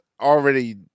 already